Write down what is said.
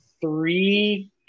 three